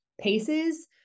paces